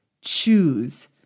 choose